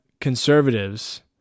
conservatives